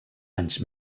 anys